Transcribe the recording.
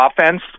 offense